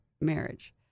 marriage